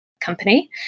company